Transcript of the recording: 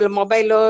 mobile